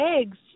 eggs